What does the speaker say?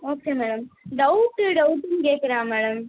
okay madam doubt டவுட்டுன்னு கேட்குறான் madam